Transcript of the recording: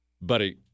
Buddy